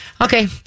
okay